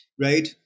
Right